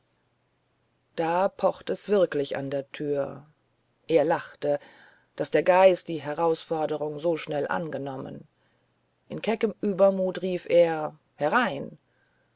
da pocht es wirklich an der tür er lachte daß der geist die herausforderung so schnell angenommen in keckem übermut rief er herein